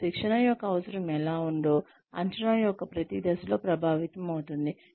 మరియు శిక్షణ యొక్క అవసరం ఎలా ఉందో అంచనా యొక్క ప్రతి దశలో ప్రభావితం అవుతోంది